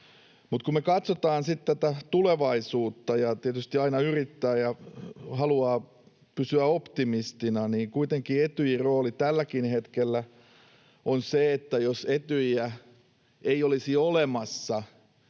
Mutta kun me katsotaan sitten tulevaisuutta, ja tietysti aina yrittää ja haluaa pysyä optimistina, niin kuitenkin Etyjin rooli tälläkin hetkellä on se, että jos Etyjiä ei olisi olemassa,